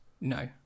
No